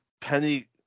Penny